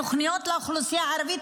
התוכניות לאוכלוסייה הערבית,